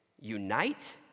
unite